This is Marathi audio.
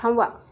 थांवा